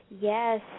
Yes